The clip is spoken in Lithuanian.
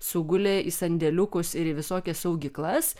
sugulė į sandėliukus ir į visokias saugyklas